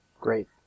Great